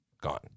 Gone